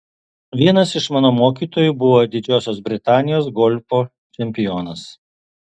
vienas iš mano mokytojų buvo didžiosios britanijos golfo čempionas